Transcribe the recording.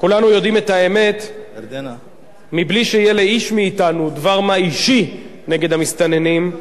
כולנו יודעים את האמת מבלי שיהיה לאיש מאתנו דבר מה אישי נגד המסתננים.